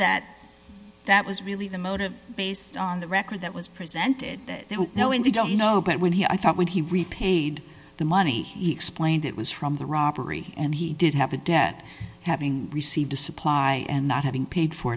that that was really the motive based on the record that was presented that there was no in the don't know but when he i thought when he repaid the money he explained it was from the robbery and he did have a debt having received a supply and not having paid for